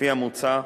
לפי המוצע,